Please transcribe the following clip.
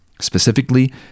Specifically